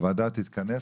הוועדה תתכנס,